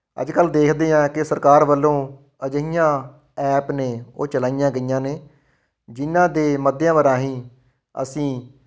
ਅੱਜ ਕੱਲ੍ਹ ਦੇਖਦੇ ਹਾਂ ਕਿ ਸਰਕਾਰ ਵੱਲੋਂ ਅਜਿਹੀਆਂ ਐਪ ਨੇ ਉਹ ਚਲਾਈਆਂ ਗਈਆਂ ਨੇ ਜਿਹਨਾਂ ਦੇ ਮੱਧਿਅਮ ਰਾਹੀਂ ਅਸੀਂ